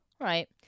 Right